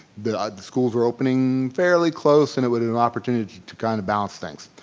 the schools were opening fairly close and it was an opportunity to kind of balance things